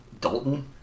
Dalton